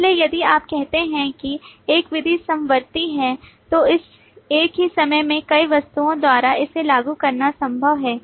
इसलिए यदि आप कहते हैं कि एक विधि समवर्ती है तो एक ही समय में कई वस्तुओं द्वारा इसे लागू करना संभव है